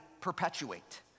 perpetuate